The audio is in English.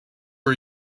are